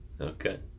Okay